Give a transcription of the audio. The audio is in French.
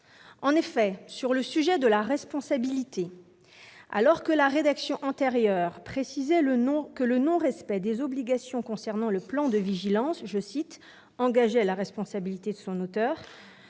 En effet, en matière de responsabilité, alors que la rédaction antérieure précisait que le non-respect des obligations concernant le plan de vigilance « engageait la responsabilité de son auteur »